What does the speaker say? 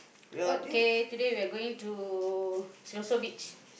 okay today we are going to Siloso Beach